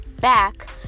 back